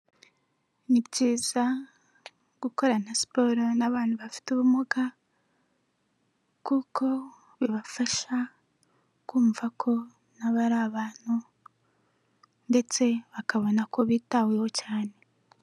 Ni byiza gukorana siporo n'abantu bafite ubumuga kuko bibafasha kumva ko nabo ari abantu ndetse bakabona ko bitaweho cyane.